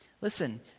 Listen